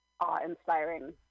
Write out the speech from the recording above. awe-inspiring